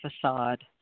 facade